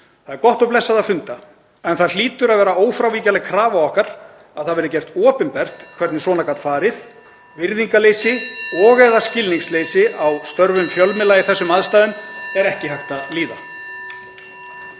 Það er gott og blessað að funda en það hlýtur að vera ófrávíkjanleg krafa okkar að það verði gert opinbert hvernig svona gat farið. (Forseti hringir.) Virðingarleysi og/eða skilningsleysi á störfum fjölmiðla í þessum aðstæðum er ekki hægt að líða.